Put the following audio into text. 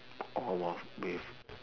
orh !wah! with